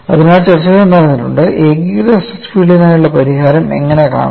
അതിനാൽ ചർച്ചകൾ നടന്നിട്ടുണ്ട് ഏകീകൃത സ്ട്രെസ് ഫീൽഡിനായുള്ള പരിഹാരം എങ്ങനെ കാണാം